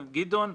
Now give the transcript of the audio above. גדעון,